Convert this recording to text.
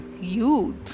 youth